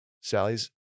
Sally's